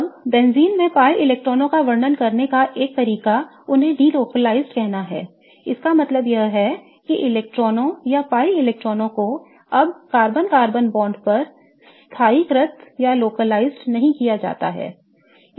अब बेंजीन में pi इलेक्ट्रॉनों का वर्णन करने का एक तरीका उन्हें डेलोकाइज्ड कहना है इसका मतलब यह है कि इलेक्ट्रॉनों या pi इलेक्ट्रॉनों को अब कार्बन कार्बन बांड पर स्थानीयकृत नहीं किया जाता है